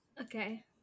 okay